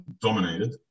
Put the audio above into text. dominated